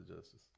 Justice